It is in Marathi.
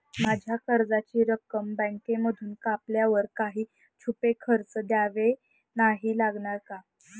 माझ्या कर्जाची रक्कम बँकेमधून कापल्यावर काही छुपे खर्च द्यावे नाही लागणार ना?